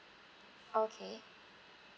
okay